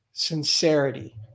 sincerity